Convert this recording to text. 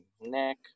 neck